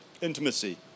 Intimacy